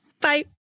Bye